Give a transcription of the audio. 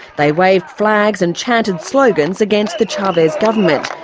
they waved flags and chanted slogans against the chavez government.